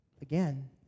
again